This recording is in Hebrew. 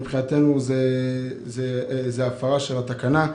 מבחינתנו זו הפרה של התקנה.